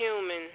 human